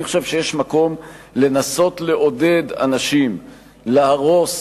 אני חושב שיש מקום לנסות לעודד אנשים להרוס